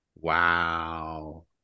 Wow